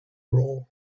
roll